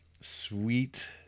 sweet